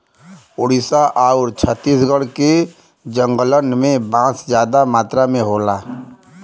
ओडिसा आउर छत्तीसगढ़ के जंगलन में बांस जादा मात्रा में होला